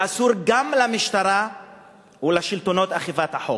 ואסור גם למשטרה ולשלטונות אכיפת החוק.